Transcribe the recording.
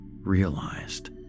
realized